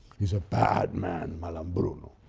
he's a bad man, malambruno.